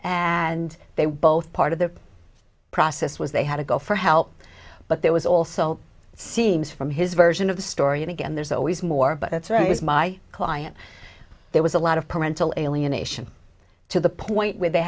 and they were both part of the process was they had to go for help but there was also seems from his version of the story again there's always more but it's very it's my client there was a lot of parental alienation to the point where they